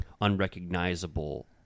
unrecognizable